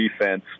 defense